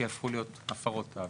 שיהפכו להיות הפרות תעבורה.